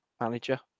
manager